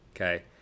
okay